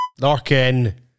Larkin